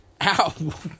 Ow